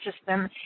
system